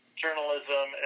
journalism